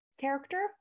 character